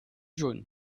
jaune